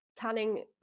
planning